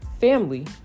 family